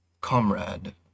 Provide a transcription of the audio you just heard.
comrade